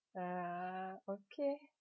uh okay